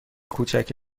کوچک